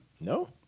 No